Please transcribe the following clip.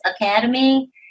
Academy